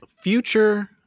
Future